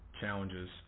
challenges